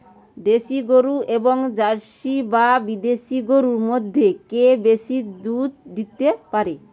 দেশী গরু এবং জার্সি বা বিদেশি গরু মধ্যে কে বেশি দুধ দিতে পারে?